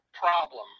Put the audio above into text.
problem